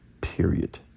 Period